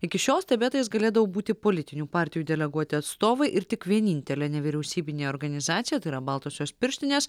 iki šiol stebėtojas galėdavo būti politinių partijų deleguoti atstovai ir tik vienintelė nevyriausybinė organizacija tai yra baltosios pirštinės